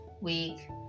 week